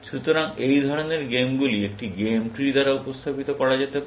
সুতরাং এই ধরনের গেমগুলি একটি গেম ট্রি দ্বারা উপস্থাপিত করা যেতে পারে